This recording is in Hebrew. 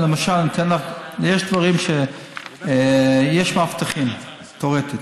יש מאבטחים, תיאורטית.